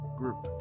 group